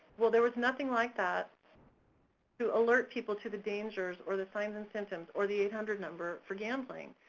well, there was nothing like that to alert people to the dangers, or the signs and symptoms, or the eight hundred number for gambling.